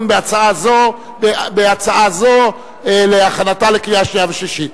בהצעה זו להכנתה לקריאה שנייה ושלישית.